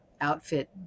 outfit